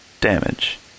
damage